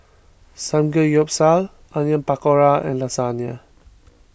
Samgeyopsal Onion Pakora and Lasagne